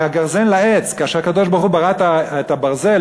כאשר הקדוש-ברוך-הוא ברא את הברזל,